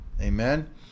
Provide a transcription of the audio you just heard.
Amen